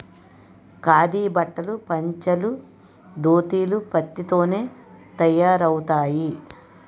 ఖాదీ బట్టలు పంచలు దోతీలు పత్తి తోనే తయారవుతాయి